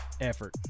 effort